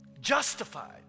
justified